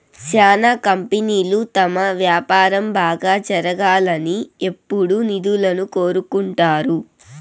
శ్యానా కంపెనీలు తమ వ్యాపారం బాగా జరగాలని ఎప్పుడూ నిధులను కోరుకుంటారు